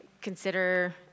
consider